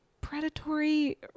predatory